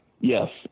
Yes